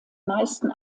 meisten